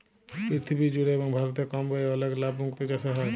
পীরথিবী জুড়ে এবং ভারতে কম ব্যয়ে অলেক লাভ মুক্ত চাসে হ্যয়ে